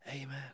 Amen